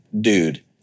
dude